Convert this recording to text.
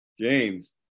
james